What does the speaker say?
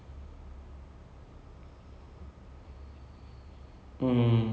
see who's going to betray who and like what's going to happen and who's going to die and all that